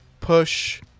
push